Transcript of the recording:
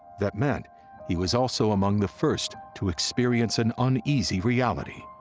that meant he was also among the first to experience an uneasy reality.